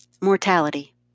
Mortality